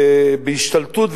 בהשתלטות,